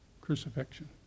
crucifixion